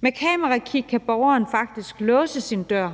Med kamerakig kan borgeren faktisk låse sin dør.